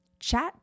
chat